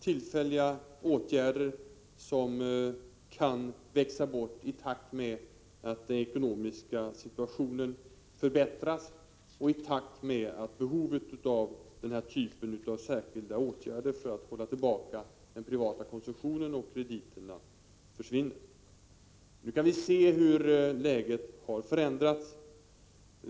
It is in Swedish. tillfälliga åtgärder, som kan ”växa bort” i takt med att den ekonomiska situationen förbättras och i takt med att behovet av denna typ av särskilda åtgärder för att hålla tillbaka den privata konsumtionen och krediterna försvinner. Nu kan vi se hur läget har förändrats.